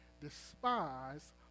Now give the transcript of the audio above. despise